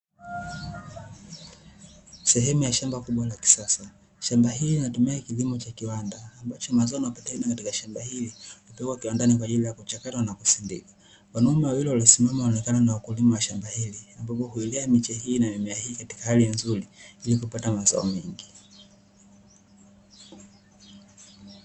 Sehemu ya shamba kubwa la kisasa. Shamba hili linatumia kilimo cha kiwanda, ambacho mazao yanayopatikana katika shamba hili hupelekwa kiwandani kwa ajili ya kuchakatwa na kusindikwa. Wanaume wawili waliosimama wanaonekana ni wakulima wa shamba hili, ambapo huilea miche hii na mimea hii katika hali nzuri ili kupata mazao mengi.